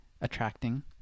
attracting